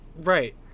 Right